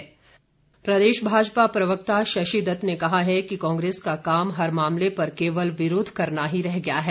शशिदत्त प्रदेश भाजपा प्रवक्ता शशिदत्त ने कहा है कि कांग्रेस का काम हर मामले पर केवल विरोध करना ही रह गया है